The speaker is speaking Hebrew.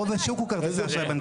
רוב השוק הוא כרטיסי אשראי בנקאיים.